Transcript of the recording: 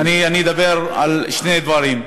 אני אדבר על שני דברים.